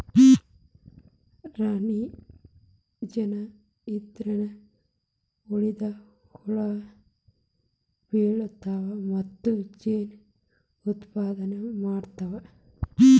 ರಾಣಿ ಜೇನ ಇದ್ರನ ಉಳದ ಹುಳು ಬೆಳಿತಾವ ಮತ್ತ ಜೇನ ಉತ್ಪಾದನೆ ಮಾಡ್ತಾವ